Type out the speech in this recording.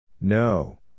No